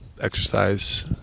exercise